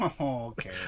Okay